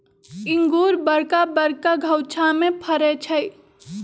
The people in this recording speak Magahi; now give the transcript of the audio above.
इंगूर बरका बरका घउछामें फ़रै छइ